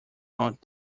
aunt